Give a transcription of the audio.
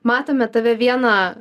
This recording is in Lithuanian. matome tave vieną